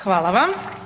Hvala vam.